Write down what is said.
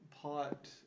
pot